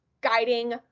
guiding